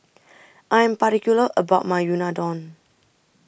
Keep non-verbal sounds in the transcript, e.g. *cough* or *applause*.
*noise* I'm particular about My Unadon